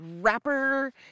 Rapper